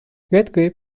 redgrave